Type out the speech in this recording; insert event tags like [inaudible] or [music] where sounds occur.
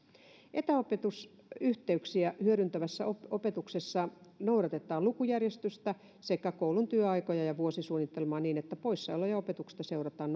etäopetusyhteyksiä hyödyntävässä opetuksessa noudatetaan lukujärjestystä sekä koulun työaikoja ja vuosisuunnitelmaa niin että poissaoloja opetuksesta seurataan [unintelligible]